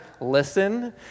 listen